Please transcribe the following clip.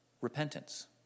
repentance